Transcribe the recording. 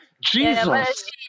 Jesus